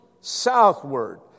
southward